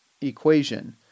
equation